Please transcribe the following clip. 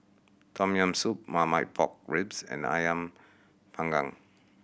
Tom Yam Soup Marmite Pork Ribs and Ayam Panggang